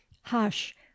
hush